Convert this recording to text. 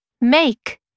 make